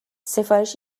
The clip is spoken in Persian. سفارش